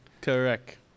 Correct